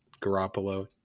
Garoppolo